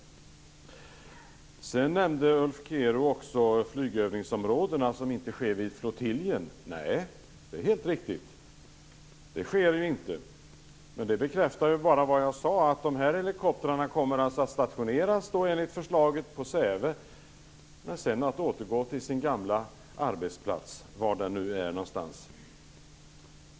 Sedan nämnde Ulf Kero också att flygövningsområdena inte ligger vid flottiljen och att flygövningarna inte sker där. Det är helt riktigt. De sker inte där. Men det bekräftar bara vad jag sade. Dessa helikoptrar kommer enligt förslaget att stationeras vid Säve, men kommer sedan att återgå till sin gamla arbetsplats, var det nu är någonstans.